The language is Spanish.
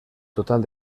total